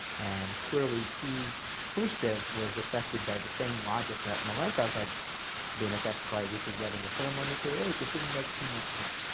and clearly, khrushchev was affected by the same logic that malenkov had been affected by, which is that in the thermonuclear age, it didn't make too much sense.